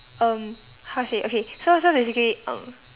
um how to say okay so so basically um